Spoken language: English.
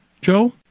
Joe